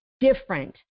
different